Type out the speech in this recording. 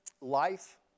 life